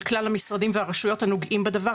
כלל המשרדים והרשויות הנוגעים בדבר,